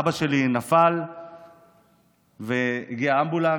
אבא שלי נפל והגיע אמבולנס,